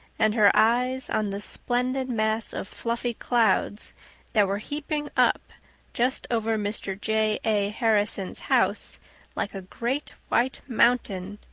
and her eyes on the splendid mass of fluffy clouds that were heaping up just over mr. j. a. harrison's house like a great white mountain,